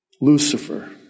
Lucifer